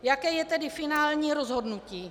Jaké je tedy finální rozhodnutí.